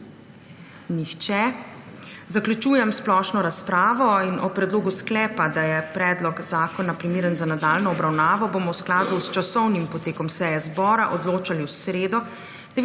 Nihče. Zaključujem splošno razpravo. O predlogu sklepa, da je predlog zakona primeren za nadaljnjo obravnavo, bomo v skladu s časovnim potekom seje zbora odločali v sredo,